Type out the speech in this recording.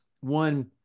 one